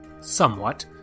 somewhat